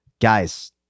Guys